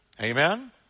Amen